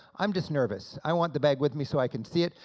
i'm just nervous, i want the bag with me so i can see it.